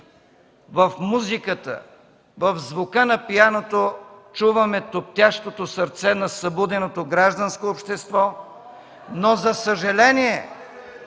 В музиката, в звука на пианото, чуваме туптящото сърце на събуденото гражданско общество. (Оживление